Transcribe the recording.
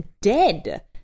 dead